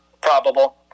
probable